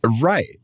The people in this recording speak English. Right